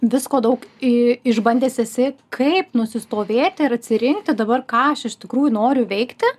visko daug i išbandęs esi kaip nusistovėti ir atsirinkti dabar ką aš iš tikrųjų noriu veikti